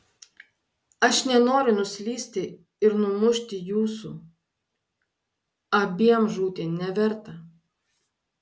aš nenoriu nuslysti ir numušti jūsų abiem žūti neverta